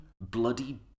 bloody